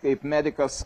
kaip medikas